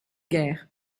guerre